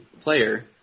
player